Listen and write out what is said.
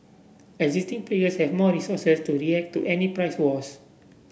existing players have more resources to react to any price wars